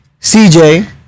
CJ